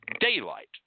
Daylight